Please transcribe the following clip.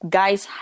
guys